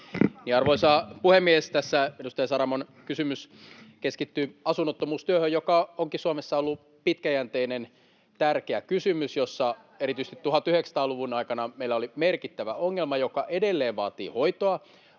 Arvoisa puhemies! Tässä edustaja Saramon kysymys keskittyi asunnottomuustyöhön, joka onkin Suomessa ollut pitkäjänteinen ja tärkeä kysymys, jossa erityisesti 1900-luvun aikana meillä oli merkittävä ongelma, joka edelleen vaatii hoitoa.